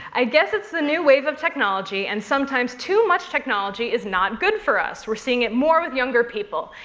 i guess it's the new wave of technology, and sometimes too much technology is not good for us. we're seeing it more with younger people.